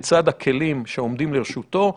לצד הכלים שעומדים לרשותו,